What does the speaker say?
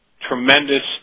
tremendous